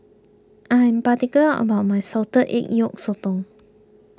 I'm particular about my Salted Egg Yolk Sotong